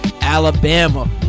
Alabama